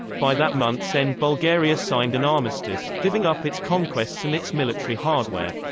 by that month's end bulgaria signed an armistice, giving up its conquests and its military hardware.